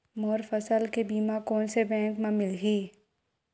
मोर फसल के बीमा कोन से बैंक म मिलही?